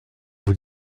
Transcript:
vous